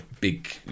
Big